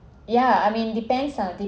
yeah I mean depends on the